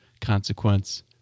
consequence